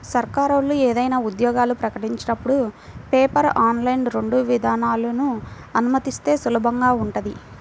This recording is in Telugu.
సర్కారోళ్ళు ఏదైనా ఉద్యోగాలు ప్రకటించినపుడు పేపర్, ఆన్లైన్ రెండు విధానాలనూ అనుమతిస్తే సులభంగా ఉంటది